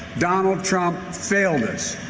donald trump failed us.